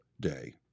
Day